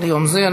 ליום זה.